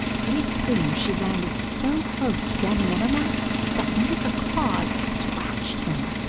pretty soon she landed so close to danny meadow mouse that one of her claws scratched him.